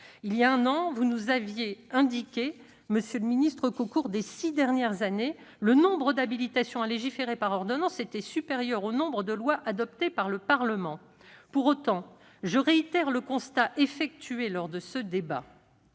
Il y a un an, vous nous aviez indiqué, monsieur le ministre, qu'au cours des six dernières années le nombre d'habilitations à légiférer par ordonnance était supérieur au nombre de lois adoptées par le Parlement. Pour autant, je réitère le constat effectué lors de ce débat